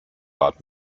bad